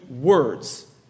words